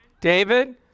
David